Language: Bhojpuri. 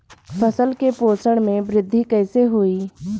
फसल के पोषक में वृद्धि कइसे होई?